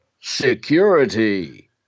security